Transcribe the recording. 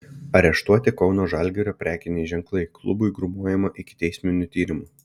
areštuoti kauno žalgirio prekiniai ženklai klubui grūmojama ikiteisminiu tyrimu